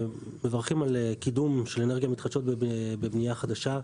מברכים על קידום אנרגיות מתחדשות בבנייה חדשה.